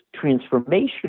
transformation